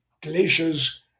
glaciers